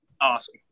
awesome